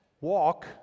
walk